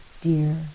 dear